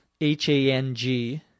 H-A-N-G